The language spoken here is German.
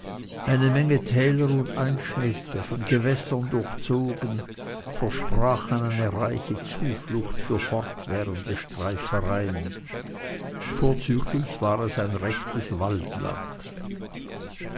eine menge täler und einschnitte von gewässern durchzogen versprachen eine reiche zuflucht für fortwährende streifereien vorzüglich war es ein rechtes waldland